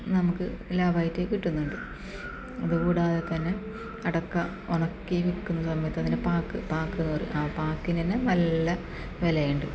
നമുക്ക് ലാഭമായിട്ട് കിട്ടുന്നുണ്ട് അത് കൂടാതെ തന്നെ അടയ്ക്ക ഉണക്കി വിൽക്കുന്ന സമയത്ത് അതിനെ പാക്ക് പാക്ക് എന്ന് പറയും ആ പാക്കിന് തന്നെ നല്ല വിലയുണ്ട്